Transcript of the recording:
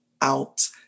out